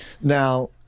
Now